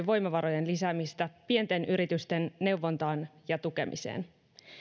voimavarojen lisäämistä pienten yritysten neuvontaan ja tukemiseen